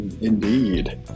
Indeed